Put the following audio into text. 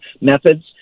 methods